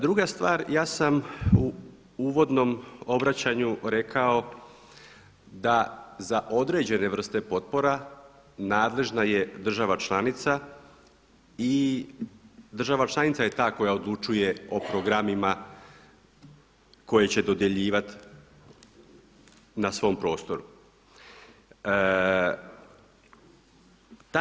Druga stvar, ja sam u uvodnom obraćanju rekao da za određene vrste potpora nadležna je država članica i država članica je ta koja odlučuje o programima koje će dodjeljivat na svom prostoru.